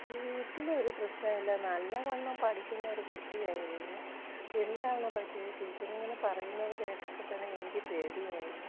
വീട്ടിലൊരു പ്രശ്നവും ഇല്ല നല്ലവണ്ണം പഠിക്കുന്നൊരു കുട്ടിയായിരുന്നു എന്താണ് പറ്റിയത് ടീച്ചറിങ്ങനെ പറയുന്നത് കേട്ടപ്പൊത്തന്നെ എനിക്ക് പേടിയാവുന്നു